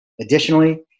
Additionally